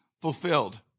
fulfilled